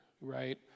right